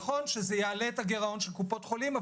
נכון שזה יעלה את הגירעון של קופות החולים,